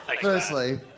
Firstly